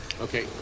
Okay